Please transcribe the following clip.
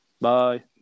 Bye